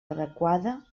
adequada